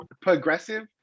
Progressive